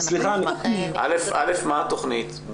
א', מה התוכנית?